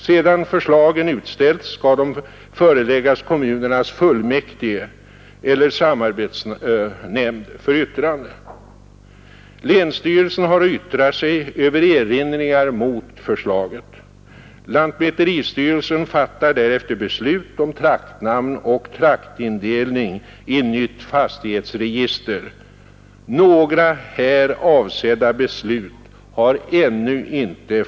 Sedan förslagen utställts skall de föreläggas kommunernas fullmäktige eller samarbetsnämnd för yttrande. Länsstyrelsen har att yttra sig över erinringar mot förslaget. Lantmäteristyrelsen fattar därefter beslut om traktnamn och traktindelning i nytt fastighetsregister.